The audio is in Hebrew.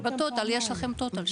בטוטל, יש לכם טוטל שם.